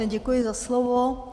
Děkuji za slovo.